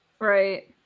right